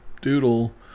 doodle